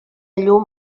llum